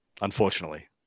unfortunately